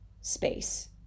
space